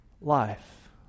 life